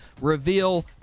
reveal